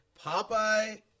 Popeye